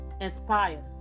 Inspire